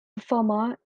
performer